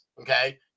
okay